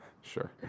Sure